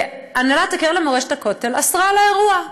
הנהלת הקרן למורשת הכותל אסרה על האירוע.